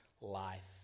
life